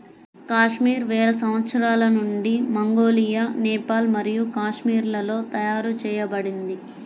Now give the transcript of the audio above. కాశ్మీర్ వేల సంవత్సరాల నుండి మంగోలియా, నేపాల్ మరియు కాశ్మీర్లలో తయారు చేయబడింది